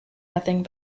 nothing